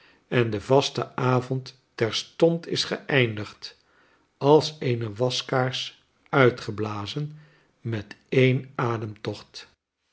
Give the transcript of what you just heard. en de vastenavond terstond is geeindigd als eene waskaarsuitgeblazen met een